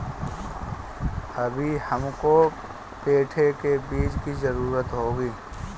अभी हमको पेठे के बीज की जरूरत होगी